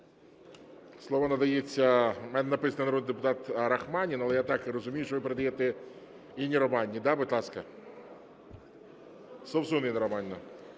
Слово надається, в мене написано: народний депутат Рахманінов, але я так розумію, що ви передаєте Інні Романівній, да? Будь ласка. Совсун Інна Романівна.